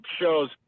shows